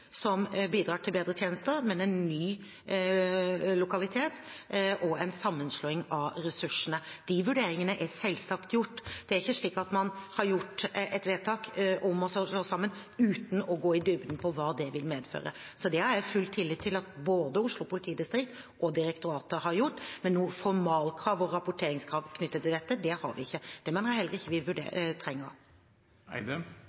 som bidrar til bedre tjenester, men en ny lokalitet og en sammenslåing av ressursene. De vurderingene er selvsagt blitt gjort. Man har ikke gjort et vedtak om å slå sammen uten å gå i dybden på hva det vil medføre. Det har jeg full tillit til at både Oslo politidistrikt og direktoratet har gjort. Men noe formalkrav eller rapporteringskrav knyttet til dette har vi ikke. Det mener jeg heller ikke at vi